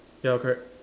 ya correct